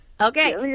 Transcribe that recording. Okay